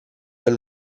del